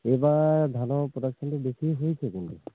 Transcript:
এইবাৰ ধানৰ প্ৰডাকশ্যনটো বেছি হৈছে কিন্তু